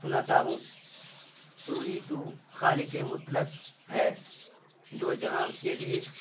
سناتا ہوں تو ہی تو خالق مطلق ہے دو جہاں کے لیے